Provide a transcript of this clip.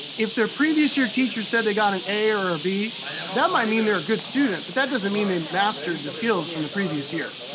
if their previous year teacher said they got an a or a b, that might mean they're a good student, but that doesn't mean they mastered the skills from the previous year.